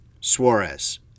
Suarez